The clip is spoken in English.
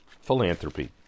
philanthropy